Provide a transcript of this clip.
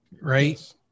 right